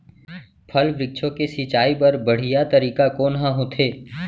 फल, वृक्षों के सिंचाई बर बढ़िया तरीका कोन ह होथे?